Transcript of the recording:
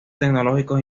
tecnológicos